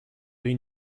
این